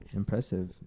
impressive